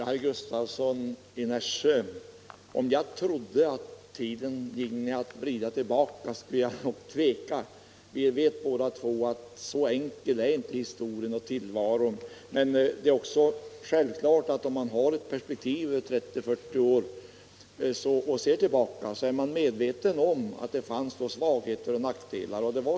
Herr talman! Om jag trodde att tiden ginge att vrida tillbaka, herr Gustavsson i Nässjö, skulle jag nog ändå tveka att göra det. Både herr Gustavsson och jag vet att så enkel är inte historien och tillvaron. Men om man ser tillbaka i ett perspektiv på 30-40 år, så blir man medveten om alt det fanns både svagheter och fördelar.